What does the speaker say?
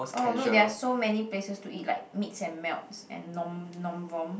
oh look there are so many places to eat like mix and melts and nom nom vom